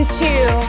two